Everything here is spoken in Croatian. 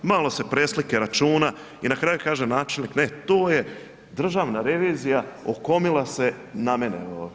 Malo se preslike računa i na kraju kaže načelnik ne, to je državna revizija okomila se na mene.